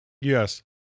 Yes